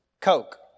Coke